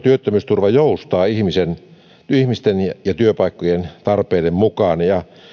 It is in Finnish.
työttömyysturva joustaa ihmisten ja ja työpaikkojen tarpeiden mukaan ja ja